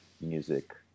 music